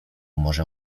może